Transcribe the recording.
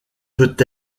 peut